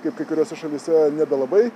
kaip kai kuriose šalyse nebelabai